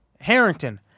Harrington